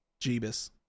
Jeebus